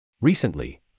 Recently